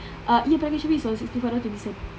ah e-application fee is sixty four dollar twenty cents